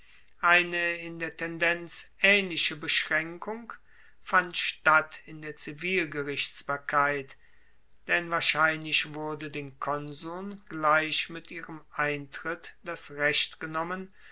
eine in der tendenz aehnliche beschraenkung fand statt in der zivilgerichtsbarkeit denn wahrscheinlich wurde den konsuln gleich mit ihrem eintritt das recht genommen